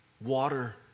Water